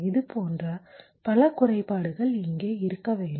இதுபோன்ற பல குறைபாடுகள் இங்கே இருக்க வேண்டும்